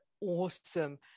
awesome